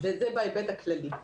עד כאן בהיבט הכללי.